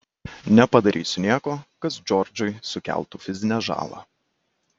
nepadarysiu nieko kas džordžui sukeltų fizinę žalą